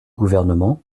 gouvernement